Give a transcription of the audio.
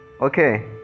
okay